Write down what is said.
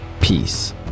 Peace